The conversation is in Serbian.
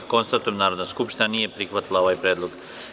Konstatujem da Narodna skupština nije prihvatila ovaj predlog.